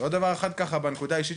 עוד דבר אחד בנקודה אישית,